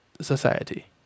society